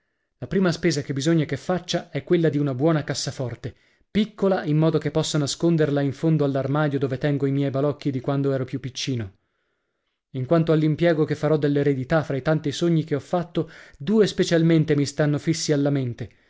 la prima spesa che bisogna che faccia è quella di una buona cassaforte piccola in modo che possa nasconderla in fondo all'armadio dove tengo miei balocchi di quando ero più piccino in quanto all'impiego che farò dell'eredità fra i tanti sogni che ho fatto due specialmente mi stanno fissi alla mente